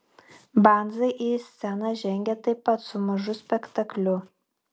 banzai į sceną žengė taip pat su mažu spektakliu